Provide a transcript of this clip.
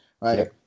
Right